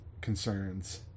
concerns